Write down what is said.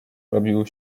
robił